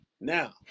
Now